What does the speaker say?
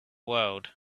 world